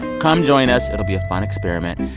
come join us. it'll be a fun experiment.